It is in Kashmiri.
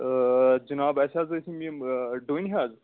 جناب اَسہِ حظ ٲسۍ یم نِنۍ آ ڈوٗنۍ حظ